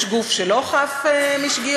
יש גוף שאינו חף משגיאות?